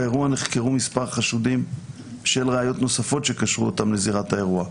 באירוע נחקרו מספר חשודים בשל ראיות נוספות שקשרו אותם לזירת האירוע.